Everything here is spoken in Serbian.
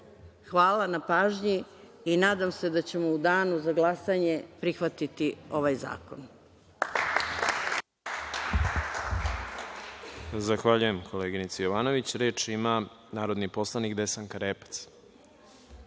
na pažnji i nadam se da ćemo u Danu za glasanje prihvatiti ovaj zakon.